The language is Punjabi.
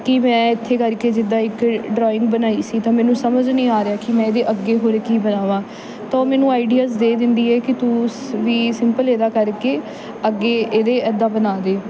ਕਿ ਮੈਂ ਇੱਥੇ ਕਰਕੇ ਜਿੱਦਾਂ ਇੱਕ ਡਰਾਇੰਗ ਬਣਾਈ ਸੀ ਤਾਂ ਮੈਨੂੰ ਸਮਝ ਨਹੀਂ ਆ ਰਿਹਾ ਕਿ ਮੈਂ ਇਹਦੇ ਅੱਗੇ ਹੋਰ ਕੀ ਬਣਾਵਾਂ ਤਾਂ ਉਹ ਮੈਨੂੰ ਆਈਡਿਆਸ ਦੇ ਦਿੰਦੀ ਹੈ ਕੇ ਤੂੰ ਵੀ ਸਿੰਪਲ ਇਹਦਾ ਕਰਕੇ ਅੱਗੇ ਇਹਦੇ ਇੱਦਾਂ ਬਣਾ ਦੇ